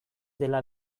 dela